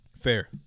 fair